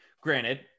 Granted